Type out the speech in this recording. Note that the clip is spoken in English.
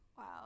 Wow